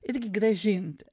irgi grąžinti